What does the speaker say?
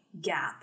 gap